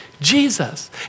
Jesus